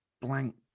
blank